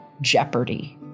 jeopardy